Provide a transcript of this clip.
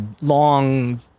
long